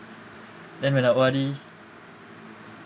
then when I O_R_D